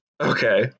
Okay